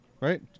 right